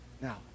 Now